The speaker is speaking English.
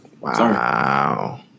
Wow